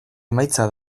emaitza